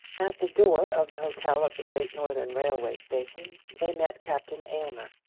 at the door of the hotel of the great northern railway station they met captain aylmer.